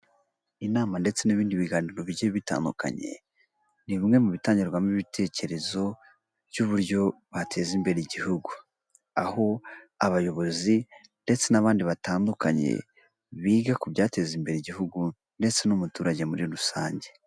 Inama ndetse n'ibindi biganiro bigiye bitandukanye ni bimwe mu bitangirwamo ibitekerezo by'uburyo bateza imbere igihugu, aho abayobozi ndetse n'abandi batandukanye biga ku byateza imbere igihugu ndetse n'umuturage muri rusange.